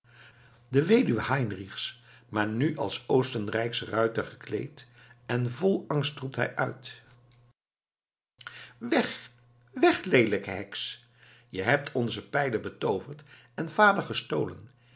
de weduwe heinrichs maar nu als oostenrijksch ruiter gekleed en vol angst roept hij uit weg weg leelijke heks je hebt onze pijlen betooverd en vader gestolen